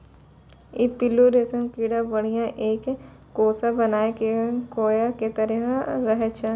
ई पिल्लू रेशम कीड़ा बढ़ी क एक कोसा बनाय कॅ कोया के तरह रहै छै